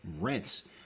rents